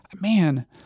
man